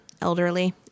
elderly